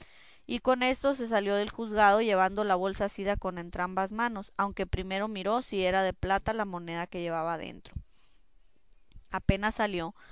y con esto se salió del juzgado llevando la bolsa asida con entrambas manos aunque primero miró si era de plata la moneda que llevaba dentro apenas salió